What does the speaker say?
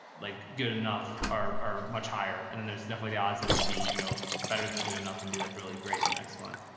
like good enough are much higher and then there's definitely the odds that it can be, you know, better than good enough and be like really great and excellent.